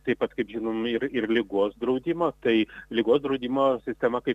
taip pat kaip žinom ir ir ligos draudimo tai ligos draudimo sistema kaip